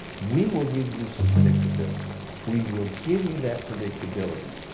we will give you some predictability. we will give you that predictability.